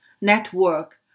Network